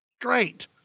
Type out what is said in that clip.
Great